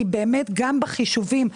כי באמת גם בחישובים שלנו,